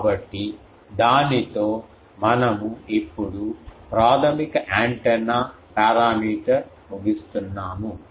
కాబట్టి దానితో మనము ఇప్పుడు ప్రాథమిక యాంటెన్నా పారామీటర్ ముగిస్తున్నాము